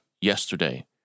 yesterday